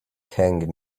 hang